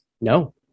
no